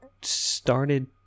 started